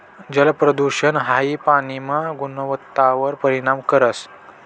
जलप्रदूषण हाई पाणीना गुणवत्तावर परिणाम करस